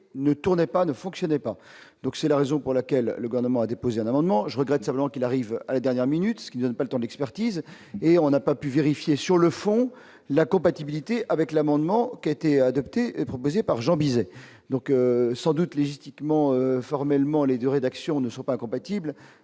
ne tournait pas, ne fonctionnait pas, donc c'est la raison pour laquelle le garnement à déposer un amendement, je regrette simplement qu'il arrive à la dernière minute, ce qui ne pas le temps, l'expertise et on n'a pas pu vérifier, sur le fond, la compatibilité avec l'amendement qui a été adopté et proposée par Jean Bizet, donc sans doute légitimement formellement les 2 rédactions ne sont pas compatibles,